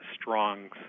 strong